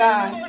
God